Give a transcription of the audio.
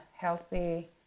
healthy